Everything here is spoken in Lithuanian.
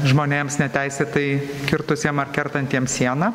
žmonėms neteisėtai kirtusiem ar kertantiems sieną